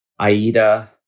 Aida